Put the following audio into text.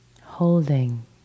holding